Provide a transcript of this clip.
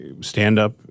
stand-up